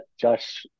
Josh –